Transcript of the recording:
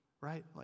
right